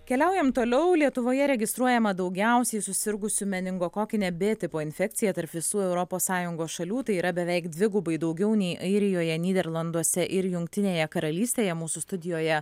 keliaujam toliau lietuvoje registruojama daugiausiai susirgusių meningokokine b tipo infekcija tarp visų europos sąjungos šalių tai yra beveik dvigubai daugiau nei airijoje nyderlanduose ir jungtinėje karalystėje mūsų studijoje